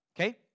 okay